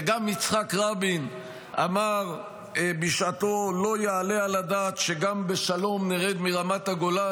וגם יצחק רבין אמר בשעתו: "לא יעלה על הדעת שגם בשלום נרד מרמת הגולן.